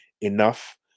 enough